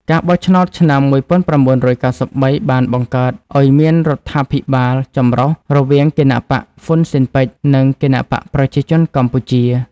ការបោះឆ្នោតឆ្នាំ ១៩៩៣ បានបង្កើតឱ្យមានរដ្ឋាភិបាលចម្រុះរវាងគណបក្សហ្វ៊ុនស៊ិនប៉ិច និងគណបក្សប្រជាជនកម្ពុជា។